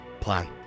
plan